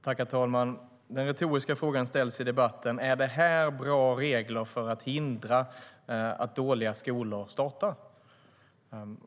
Herr talman! Den retoriska frågan ställs i debatten: Är det här bra regler för att hindra att dåliga skolor startar?